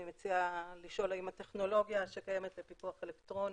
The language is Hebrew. אני מציעה לשאול האם הטכנולוגיה שקיימת לפיקוח אלקטרוני